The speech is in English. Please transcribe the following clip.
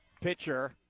pitcher